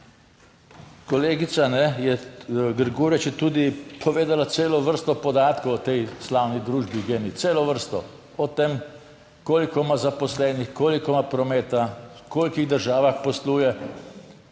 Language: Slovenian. kolegica Grgurevič je tudi povedala celo vrsto podatkov o tej slavni družbi genij, celo vrsto o tem, koliko ima zaposlenih, koliko ima prometa, v koliko državah posluje,